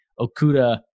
Okuda